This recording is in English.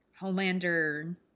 Homelander